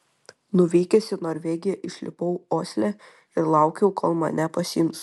nuvykęs į norvegiją išlipau osle ir laukiau kol mane pasiims